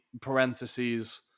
parentheses